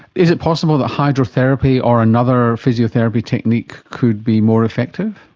is it possible that hydrotherapy or another physiotherapy technique could be more effective?